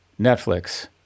Netflix